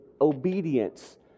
obedience